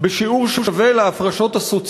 ולא היו